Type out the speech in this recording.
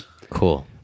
Cool